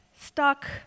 stuck